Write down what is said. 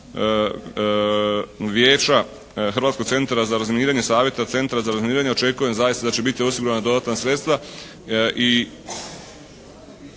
Vijeća Hrvatskog centra za razminiranje, Savjeta centra za razminiranje očekujem zaista da će biti osigurana dodatna sredstva